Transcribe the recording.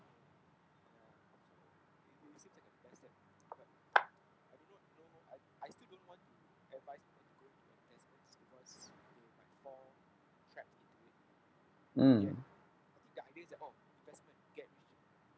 mm